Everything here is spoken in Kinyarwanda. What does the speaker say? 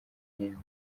ibihembo